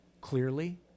clearly